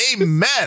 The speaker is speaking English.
Amen